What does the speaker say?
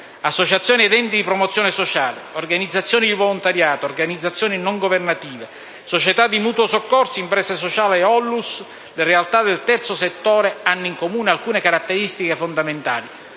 associazioni ed enti di promozione sociale, organizzazioni di volontariato, organizzazioni non governative, società di mutuo soccorso, imprese sociali e ONLUS), le realtà del terzo settore hanno in comune alcune caratteristiche fondamentali,